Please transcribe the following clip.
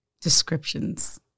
descriptions